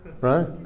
Right